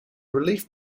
relief